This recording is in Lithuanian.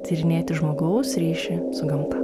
tyrinėti žmogaus ryšį su gamta